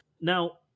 Now